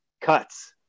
Cuts